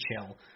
chill